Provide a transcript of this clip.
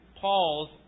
Paul's